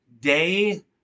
day